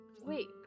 wait